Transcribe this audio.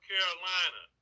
Carolina